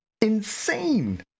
insane